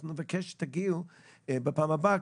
אנחנו נבקש שתגיעו בפעם הבאה,